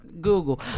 google